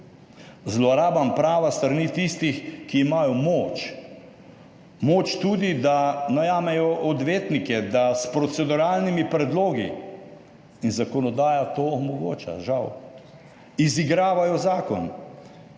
Zlorabam prava s strani tistih, ki imajo moč, moč tudi, da najamejo odvetnike, da s proceduralnimi predlogi, in zakonodaja to omogoča žal, izigravajo zakon.